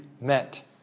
met